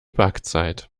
backzeit